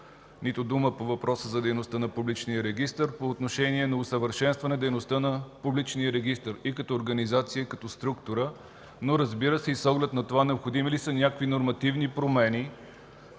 нито дума по въпроса за дейността на Публичния регистър, по отношение на усъвършенстване дейността на Публичния регистър и като организация, и като структура, но разбира се, и с оглед на това необходими ли са някакви нормативни промени